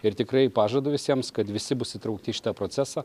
ir tikrai pažadu visiems kad visi bus įtraukti į šitą procesą